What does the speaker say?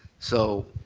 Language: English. so